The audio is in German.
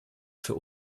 für